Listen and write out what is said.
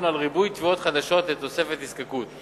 על ריבוי תביעות חדשות לתוספת נזקקות.